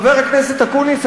חבר הכנסת אקוניס,